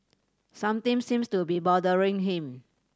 something seems to be bothering him